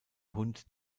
hund